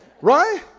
right